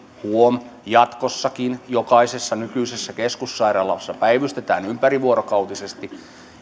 huom jatkossakin jokaisessa nykyisessä keskussairaalassa päivystetään ympärivuorokautisesti